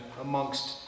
amongst